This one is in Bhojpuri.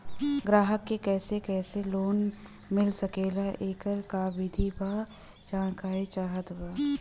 ग्राहक के कैसे कैसे लोन मिल सकेला येकर का विधि बा जानकारी चाहत बा?